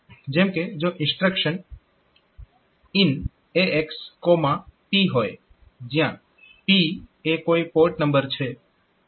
જેમ કે જો ઇન્સ્ટ્રક્શન IN AX P હોય જ્યાં P એ કોઈ પોર્ટ નંબર છે